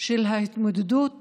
של ההתמודדות